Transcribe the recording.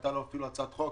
והייתה לו אפילו הצעת חוק